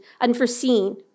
unforeseen